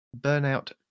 burnout